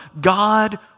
God